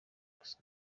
gusa